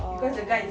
oh